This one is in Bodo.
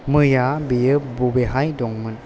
मैया बियो बबेहाय दंमोन